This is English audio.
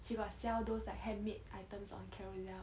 she got sell those like handmade items on carousell